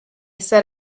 set